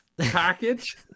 Package